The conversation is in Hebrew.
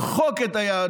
שלקח את זה כמשימת חייו,